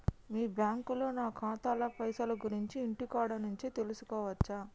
మీ బ్యాంకులో నా ఖాతాల పైసల గురించి ఇంటికాడ నుంచే తెలుసుకోవచ్చా?